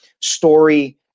story